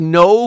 no